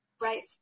Right